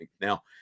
Now